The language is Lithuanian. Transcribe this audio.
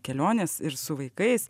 kelionės ir su vaikais